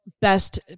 best